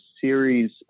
series